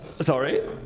Sorry